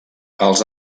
els